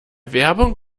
werbung